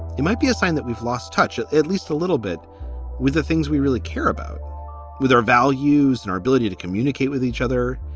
you might be a sign that we've lost touch at at least a little bit with the things we really care about with our values and our ability to communicate with each other.